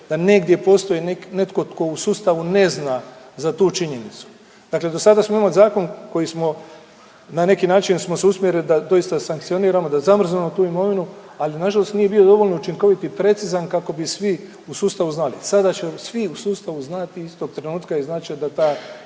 da negdje postoji netko tko u sustavu ne zna za tu činjenicu. Dakle, do sada smo imali zakon koji smo na neki način smo se usmjerili da doista sankcioniramo, da zamrznemo tu imovinu ali na žalost nije bio dovoljno učinkovit i precizan kako bi svi u sustavu znali. Sada će vam svi u sustavu znati istog trenutka i znači da ta